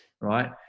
right